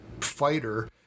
fighter